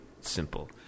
simple